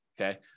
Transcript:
Okay